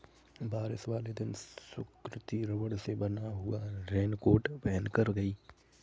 बारिश वाले दिन सुकृति रबड़ से बना हुआ रेनकोट पहनकर गई